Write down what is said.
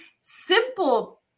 simple